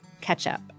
ketchup